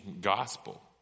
gospel